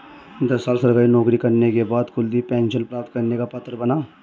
दस साल सरकारी नौकरी करने के बाद कुलदीप पेंशन प्राप्त करने का पात्र बना